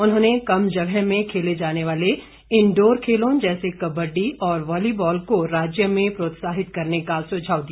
उन्होंने कम जगह में खेले जाने वाले इंडोर खेलों जैसे कबड्डी और वॉलीबाल को राज्य में प्रोत्साहित करने का सुझाव दिया